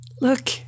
look